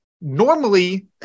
Normally